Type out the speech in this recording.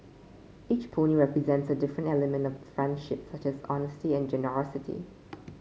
each pony represents a different element of friendship such as honesty and generosity